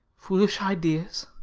foolish ideas!